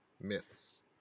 myths